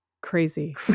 Crazy